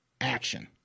action –